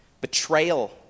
betrayal